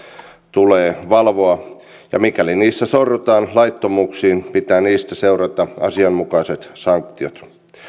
tulee valvoa ja mikäli niissä sorrutaan laittomuuksiin pitää niistä seurata asianmukaiset sanktiot